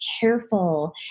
careful